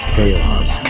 Chaos